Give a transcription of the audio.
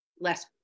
less